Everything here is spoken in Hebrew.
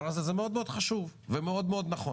הזה זה מאוד מאוד חשוב ומאוד מאוד נדון,